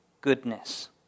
Goodness